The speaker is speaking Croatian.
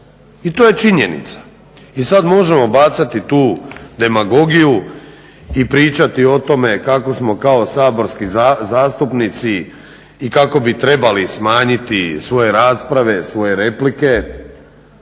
I to je činjenica. I sada možemo bacati tu demagogiju i pričati o tome kako smo kao saborski zastupnici i kako bi trebali smanjiti svoje rasprave, svoje replike.